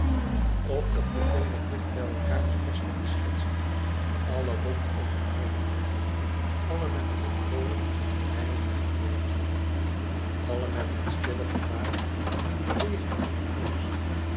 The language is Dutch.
of op de vele dicht bij elkaâr bevestigde schetsen allen rondom hem heen allen met de bekoring van hunne lijnen en kleuren allen met het stille gebaar van hun beweging en emotie